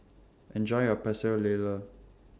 Enjoy your Pecel Lele